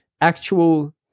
Actual